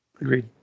Agreed